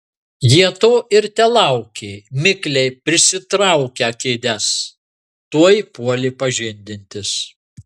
jie to ir telaukė mikliai prisitraukę kėdes tuoj puolė pažindintis